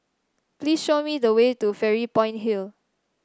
please show me the way to Fairy Point Hill